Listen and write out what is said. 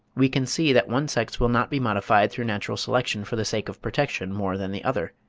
we can see that one sex will not be modified through natural selection for the sake of protection more than the other,